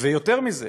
ויותר מזה,